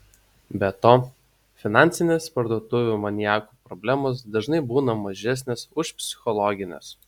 be to finansinės parduotuvių maniakų problemos dažnai būna mažesnės už psichologines